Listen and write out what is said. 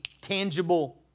tangible